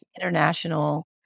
international